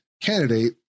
candidate